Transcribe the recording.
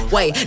Wait